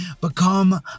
become